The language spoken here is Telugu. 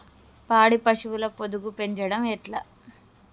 పాడి పశువుల పొదుగు పెంచడం ఎట్లా?